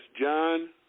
John